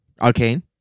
Arcane